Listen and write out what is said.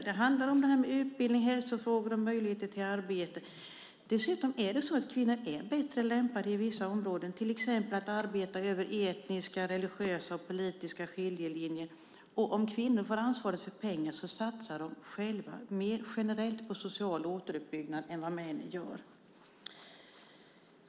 Det handlar om utbildning, hälsofrågor och möjligheter till arbete. Dessutom är kvinnor bättre lämpade på vissa områden, till exempel när det gäller att arbeta över etniska, religiösa och politiska skiljelinjer, och får kvinnor ansvar för pengar satsar de generellt mer på social återuppbyggnad än vad män gör.